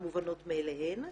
המובנות מאליהן.